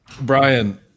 Brian